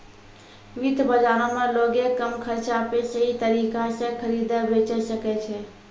वित्त बजारो मे लोगें कम खर्चा पे सही तरिका से खरीदे बेचै सकै छै